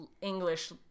english